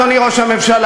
אדוני ראש הממשלה,